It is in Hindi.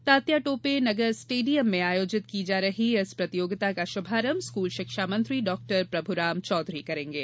तात्या टोपे नगर स्टेडियम में आयोजित की जा रही इस प्रतियोगिता का शुभारंभ स्कूल शिक्षा मंत्री डॉ प्रभुराम चौधरी करेंगे